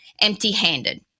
empty-handed